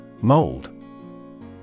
Mold